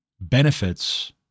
benefits